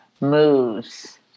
moves